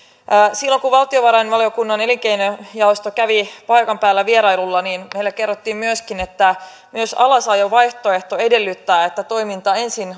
silloin kun valtiovarainvaliokunnan elinkeinojaosto kävi paikan päällä vierailulla niin heille kerrottiin myöskin että myös alasajovaihtoehto edellyttää että toiminta ensin